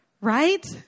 Right